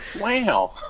Wow